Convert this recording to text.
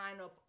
lineup